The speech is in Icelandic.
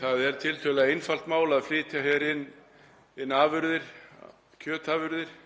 Það er tiltölulega einfalt mál að flytja inn afurðir, kjötafurðir,